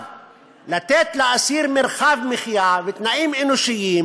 לתת לאסיר מרחב מחיה ותנאים אנושיים